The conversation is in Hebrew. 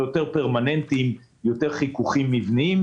שהם כבר יותר פרמננטיים, חיכוכים יותר מבניים.